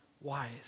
wise